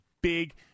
big